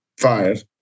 fired